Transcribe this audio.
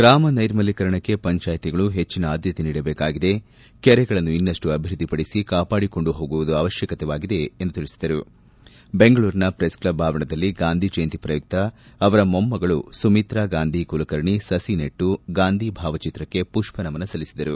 ಗ್ರಾಮ ನೈರ್ಮಲೀಕರಣಕ್ಕೆ ಪಂಜಾಯಿತಿಗಳು ಪೆಜ್ಜಿನ ಆದ್ಯತೆ ನೀಡಬೇಕಾಗಿದೆ ಕೆರೆಗಳನ್ನು ಇನ್ನಷ್ಟು ಅಭಿವೃದ್ಧಿಪಡಿಸಿ ಕಾಪಾಡಿಕೊಂಡು ಹೋಗುವುದು ಅವಶ್ಯವಾಗಿದೆ ಎಂದು ತಿಳಿಸಿದರು ಬೆಂಗಳೂರಿನ ಪ್ರೆಸ್ಕ್ಲಬ್ ಆವರಣದಲ್ಲಿ ಗಾಂಧಿ ಜಯಂತಿ ಪ್ರಯುಕ್ತ ಅವರ ಮೊಮ್ಮಗಳು ಸುಮಿತ್ತಾ ಗಾಂಧಿ ಕುಲಕರ್ಣೆ ಸಸಿ ನೆಟ್ಟು ಗಾಂಧಿ ಭಾವಚಿತ್ರಕ್ಕೆ ಮಷ್ವನಮನ ಸಲ್ಲಿಸಿದರು